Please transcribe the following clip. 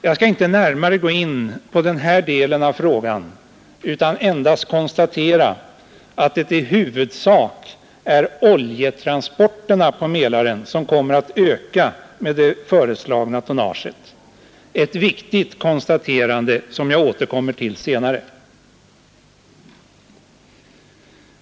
Jag skall inte närmare gå in på denna del av frågan utan endast konstatera att det i huvudsak är oljetransporterna på Mälaren som kommer att öka med det föreslagna tonnaget — ett viktigt konstaterande, som jag återkommer till senare.